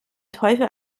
teufel